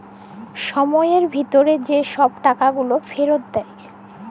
ছময়ের ভিতরে যে ছব গুলা টাকা ফিরত দেয়